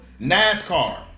NASCAR